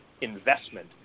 investment